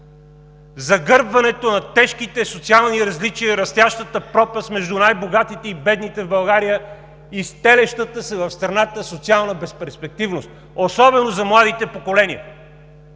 загърбването на тежките социални различия и растящата пропаст между най-богатите и бедните в България и стелещата се в страната социална безперспективност особено за младите поколения.